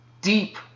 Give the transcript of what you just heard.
deep